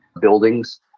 buildings